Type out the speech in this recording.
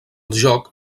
joc